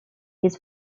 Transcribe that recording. his